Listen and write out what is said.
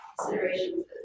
considerations